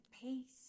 peace